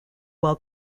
well